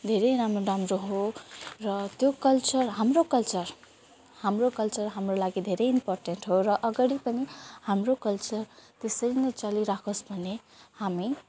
धेरै राम्रो राम्रो हो र त्यो कल्चर हाम्रो कल्चर हाम्रो कल्चर हाम्रो लागि धेरै इम्पोर्टेन्ट हो र अगाडि पनि हाम्रो कल्चर त्यसरी नै चलिराखोस् भन्ने हामी